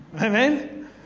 Amen